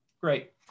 Great